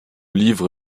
livre